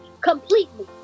completely